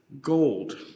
gold